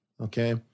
okay